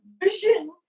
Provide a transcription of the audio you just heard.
vision